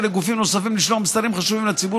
לגופים נוספים לשלוח מסרים חשובים לציבור,